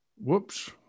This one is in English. whoops